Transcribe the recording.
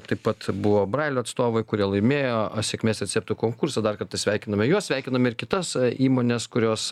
taip pat buvo brailio atstovai kurie laimėjo a sėkmės receptų konkursą dar kartą sveikiname juos sveikinam ir kitas įmones kurios